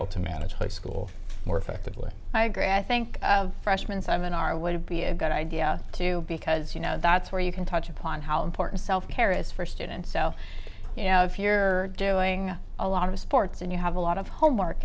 able to manage high school more effectively i agree i think freshman seminar would be a good idea too because you know that's where you can touch upon how important self care is for students so you know if you're doing a lot of sports and you have a lot of homework